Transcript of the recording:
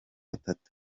atatu